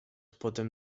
potem